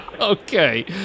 Okay